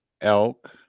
elk